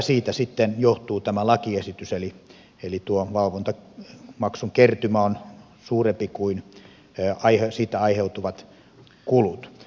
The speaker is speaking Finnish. siitä sitten johtuu tämä lakiesitys eli tuo valvontamaksun kertymä on suurempi kuin siitä aiheutuvat kulut